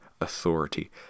authority